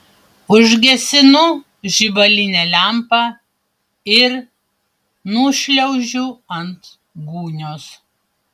užgesinu žibalinę lempą ir nušliaužiu ant gūnios